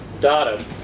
data